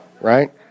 right